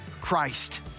Christ